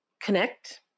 connect